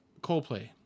Coldplay